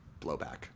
blowback